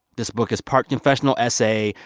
this book is part confessional essay,